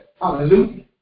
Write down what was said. Hallelujah